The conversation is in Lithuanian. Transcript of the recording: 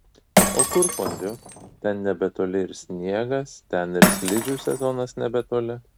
o kur fondiu ten nebetoli ir sniegas ten ir slidžių sezonas nebetoli